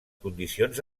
condicions